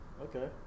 okay